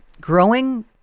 growing